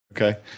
Okay